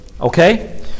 okay